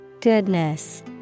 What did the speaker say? Goodness